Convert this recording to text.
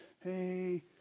Hey